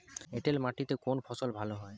এঁটেল মাটিতে কোন ফসল ভালো হয়?